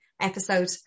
episode